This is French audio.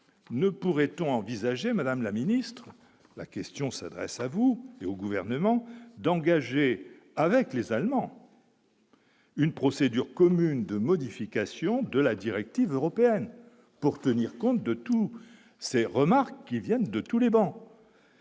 ne pourrait-on envisager, madame la ministre, la question s'adresse à vous et au gouvernement d'engager avec les Allemands. Une procédure commune de modification de la directive européenne pour tenir compte de tous ces remarques qui viennent de tous les bons.